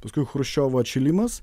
paskui chruščiovo atšilimas